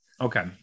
Okay